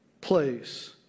place